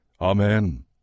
Amen